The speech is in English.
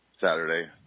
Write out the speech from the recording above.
Saturday